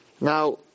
Now